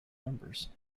numbers